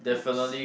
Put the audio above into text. looks